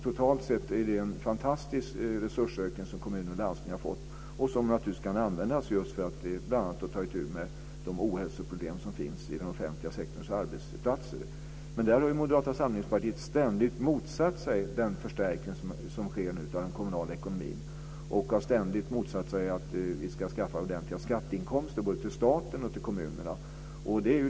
Totalt sett är det en fantastisk resursökning som kommuner och landsting har fått och som naturligtvis kan användas just för att bl.a. ta itu med de ohälsoproblem som finns på den offentliga sektorns arbetsplatser. Moderaterna har ständigt motsatt sig den förstärkning som nu sker av den kommunala ekonomin, och man har ständigt motsatt sig att vi ska skaffa ordentliga skatteinkomster både till staten och till kommunerna.